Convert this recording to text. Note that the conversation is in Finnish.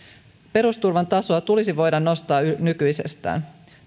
perusturvan tasoa tulisi voida nostaa nykyisestä